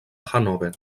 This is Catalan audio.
hannover